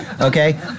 okay